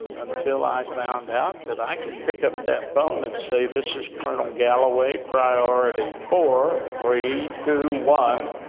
until i found out that i could pick up that phone, and say, this is colonel galloway, priority four three two one,